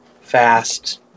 fast